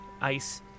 ice